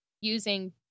using